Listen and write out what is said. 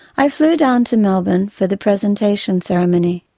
i flew down to melbourne for the presentation ceremony.